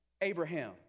Abraham